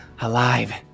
alive